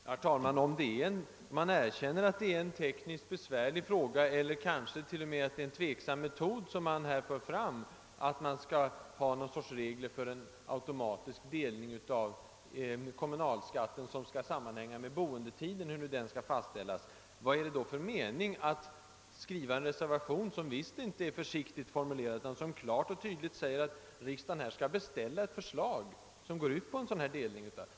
Herr talman! Man erkänner att det är en tekniskt besvärlig fråga, eller kanske t.o.m. en tveksam metod, som man ifrågasätter, nämligen att det skulle införas regler för en automatisk delning av kommunalskatten, som skulle bygga på fördelningen av boendetiden, hur nu den skall fastställas. Då frågar jag: Vad är det då för mening att skriva en reservation, som visst inte är försiktigt formulerad, utan där det klart och tydligt sägs att riksdagen skall beställa ett förslag som går ut på en sådan delning.